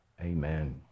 amen